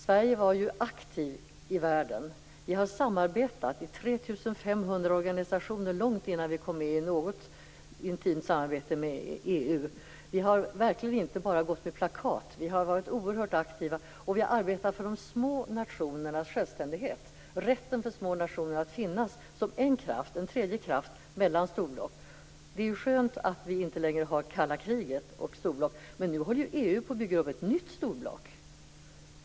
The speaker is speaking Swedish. Sverige var ju aktivt i världen. Vi har samarbetat i 3 500 organisationer långt innan vi kom med i något intimt samarbete med EU. Vi har verkligen inte bara gått med plakat. Vi har varit oerhört aktiva, och vi har arbetat för de små nationernas självständighet, rätten för de små nationerna att finnas som en kraft, en tredje kraft mellan de stora blocken. Det är skönt att vi inte längre har kalla kriget och stora block. Men nu håller ju EU på att bygga upp ett nytt storblock.